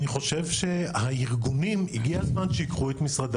אני חושב שהארגונים הגיע הזמן שייקחו את משרדי